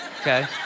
Okay